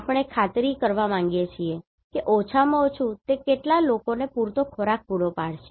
આપણે ખાતરી કરવા માંગીએ છીએ કે ઓછામાં ઓછું તે લોકોને પૂરતો ખોરાક પૂરો પાડશે